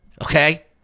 Okay